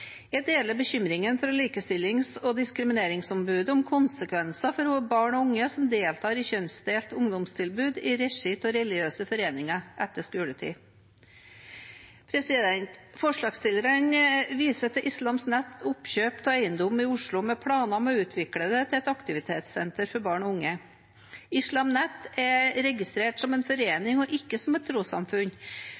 Jeg deler bekymringen til Likestillings- og diskrimineringsombudet om konsekvenser for barn og unge som deltar i kjønnsdelt ungdomstilbud i regi av religiøse foreninger etter skoletid. Forslagsstillerne viser til Islam Nets oppkjøp av en eiendom i Oslo, med planer om å utvikle det til et aktivitetssenter for barn og unge. Islam Net er registrert som en